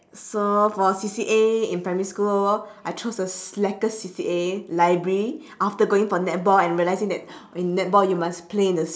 so for C_C_A in primary school I chose the slackest C_C_A library after going for netball and realising that in netball you must play in the